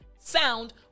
sound